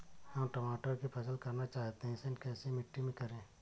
हम टमाटर की फसल करना चाहते हैं इसे कैसी मिट्टी में करें?